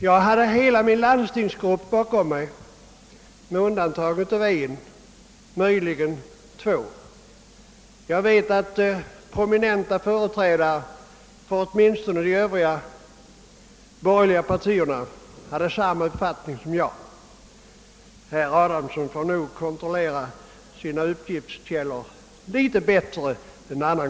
Jag hade hela min landstingsgrupp bakom mig, med undantag av en eller möjligen två, och jag vet att prominenta företrädare för åtminstone de övriga borgerliga partierna hade samma uppfattning som jag. Herr Adamsson får nog kontrollera sina uppgiftskällor litet bättre en annan